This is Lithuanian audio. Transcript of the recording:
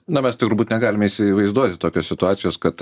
na mes turbūt negalime įsivaizduoti tokios situacijos kad